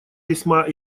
весьма